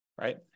right